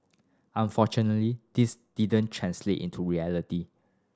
unfortunately this didn't translate into reality